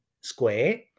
Square